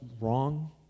wrong